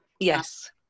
yes